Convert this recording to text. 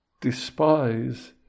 despise